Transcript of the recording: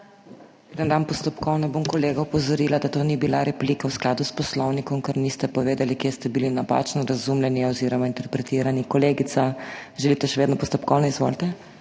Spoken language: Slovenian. dam postopkovno, bom kolega opozorila, da to v skladu s Poslovnikom ni bila replika, ker niste povedali, kje ste bili napačno razumljeni oziroma interpretirani. Kolegica, želite še vedno postopkovno? Izvolite.